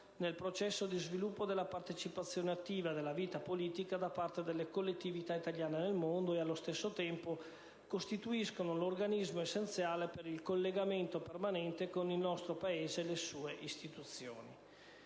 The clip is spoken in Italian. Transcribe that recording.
nel processo di sviluppo della partecipazione attiva nella vita politica da parte delle collettività italiane nel mondo e allo stesso tempo costituiscono l'organismo essenziale per il collegamento permanente con il nostro Paese e le sue istituzioni.